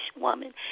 woman